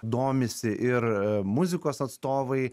domisi ir muzikos atstovai